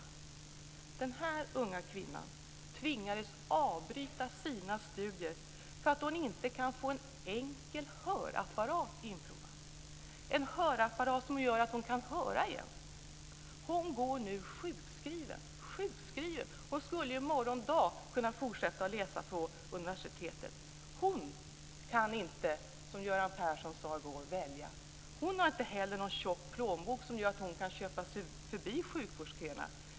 Men den här unga kvinnan har tvingats avbryta sina studier därför att hon inte kan få en enkel hörapparat inprovad - en hörapparat som gör att hon kan höra igen. Hon går nu sjukskriven trots att hon i morgon dag skulle kunna fortsätta att läsa på universitet. Hon kan inte, som Göran Persson sade i går, välja. Hon har heller inte en tjock plånbok som gör att hon kan köpa sig förbi sjukvårdsköerna.